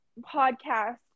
podcast